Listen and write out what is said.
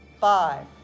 five